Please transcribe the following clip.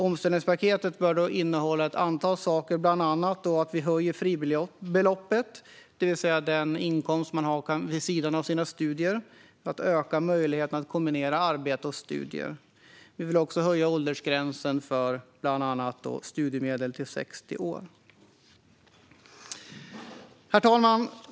Omställningspaketet bör innehålla ett antal saker, bland annat ett höjt fribelopp, det vill säga den inkomst som man kan ha vid sidan av sina studier för att öka möjligheten att kombinera arbete och studier. Vi vill också höja åldersgränsen för bland annat studiemedel till 60 år. Herr talman!